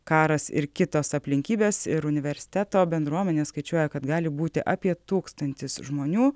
karas ir kitos aplinkybės ir universiteto bendruomenė skaičiuoja kad gali būti apie tūkstantis žmonių